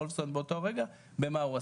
החולים וולפסון באותו רגע ובמה הוא עסוק.